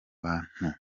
bantu